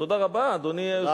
תודה רבה, אדוני היושב-ראש.